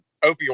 opioid